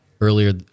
earlier